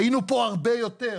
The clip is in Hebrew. היינו פה הרבה יותר,